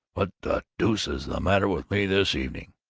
what the deuce is the matter with me, this evening?